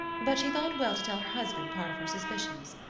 but she thought well to tell her husband part of her suspicions.